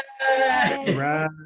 Right